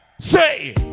Say